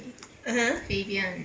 (uh huh)